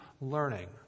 learning